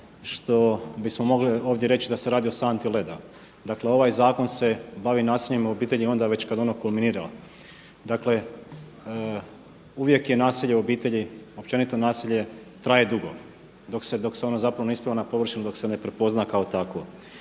što bismo mogli ovdje reći da se radi o santi leda. Dakle ovaj zakon se bavi nasiljem u pitanju onda već kada je ono kulminiralo. Dakle uvijek je nasilje u obitelji općenito nasilje traje dugo, dok ono ne ispliva ne površinu dok se ne prepozna kao takvo.